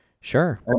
Sure